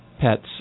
pets